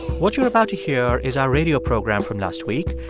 what you're about to hear is our radio program from last week.